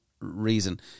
reason